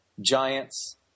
Giants